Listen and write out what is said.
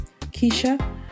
Keisha